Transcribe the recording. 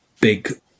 big